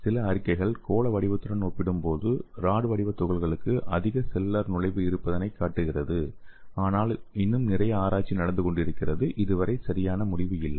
சில அறிக்கைகள் கோள வடிவத்துடன் ஒப்பிடும்போது ராடு வடிவ துகள்களுக்கு அதிக செல்லுலார் நுழைவு இருப்பதைக் காட்டுகின்றன ஆனால் இன்னும் நிறைய ஆராய்ச்சி நடந்து கொண்டிருக்கிறது இதுவரை சரியான முடிவு இல்லை